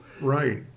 Right